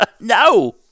No